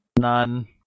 none